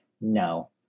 no